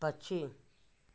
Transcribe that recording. पक्षी